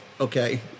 Okay